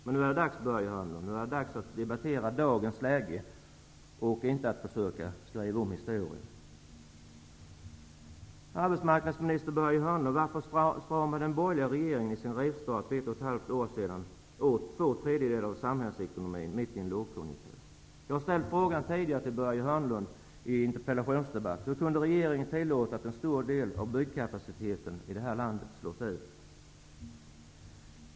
Men nu är det dags, Börje Hörnlund, att debattera dagens läge och inte att försöka skriva om historien. Arbetsmarknadsminister Börje Hörnlund! Varför stramade den borgerliga regeringen i sin rivstart för ett och ett halvt år sedan åt två tredjedelar av samhällsekonomin mitt i en lågkonjunktur? Jag har tidigare ställt denna fråga till Börje Hörnlund i en interpellationsdebatt. Hur kunde regeringen tillåta att en stor del av den svenska byggkapaciteten i det här landet slås ut?